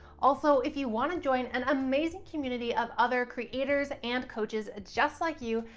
also, if you want to join an amazing community of other creators and coaches just like you,